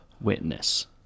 Witness